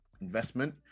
investment